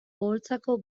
oholtzako